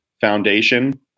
Foundation